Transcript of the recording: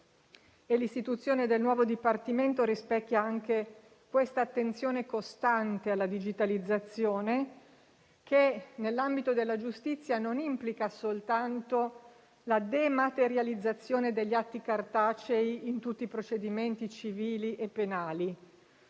l'istituzione del nuovo Dipartimento rispecchia anche questa attenzione costante alla digitalizzazione, che nell'ambito della giustizia non implica soltanto la dematerializzazione degli atti cartacei in tutti i procedimenti civili e penali,